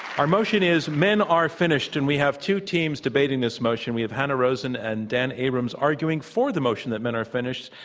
our motion is men are finished, and we have two teams debating this motion. we have hanna rosin and dan abrams arguing for the motion that men are finished.